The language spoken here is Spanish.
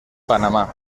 panamá